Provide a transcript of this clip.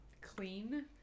clean